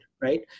right